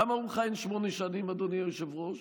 למה הוא מכהן שמונה שנים, אדוני היושב-ראש?